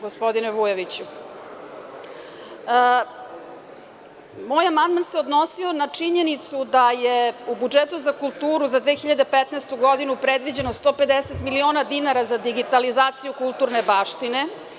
Moj amandman se odnosio na činjenicu da je u budžetu za kulturu za 2015. godinu predviđeno 150 miliona dinara za digitalizaciju kulturne baštine.